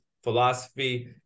philosophy